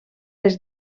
les